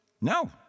No